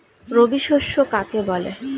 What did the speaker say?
রবি শস্য কাকে বলে?